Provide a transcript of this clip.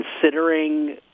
considering